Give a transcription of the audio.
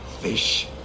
fish